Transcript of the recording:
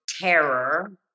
terror